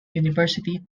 university